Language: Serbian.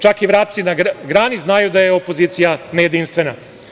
Čak i vrapci na grani znaju da je opozicija nejedinstvena"